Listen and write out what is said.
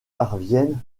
parviennent